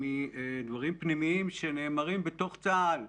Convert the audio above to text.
מדברים פנימיים שנאמרים בתוך צבא הגנה לישראל,